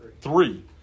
three